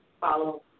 follow